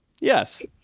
Yes